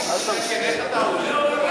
לא יהיה לך רוב.